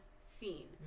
scene